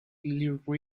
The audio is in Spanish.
little